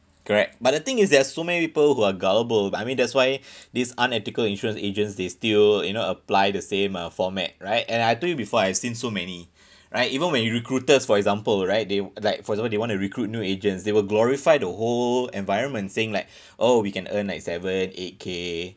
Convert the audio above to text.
correct but the thing is there are so many people who are gullible I mean that's why these unethical insurance agents they still you know apply the same uh format right and I tell you before I have seen so many right even when recruiters for example right they like for example they want to recruit new agents they will glorify the whole environment saying like oh we can earn like seven eight K